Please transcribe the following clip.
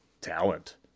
talent